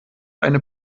eine